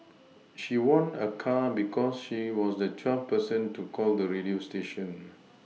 she won a car because she was the twelfth person to call the radio station